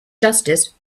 justice